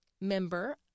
member